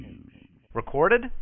Recorded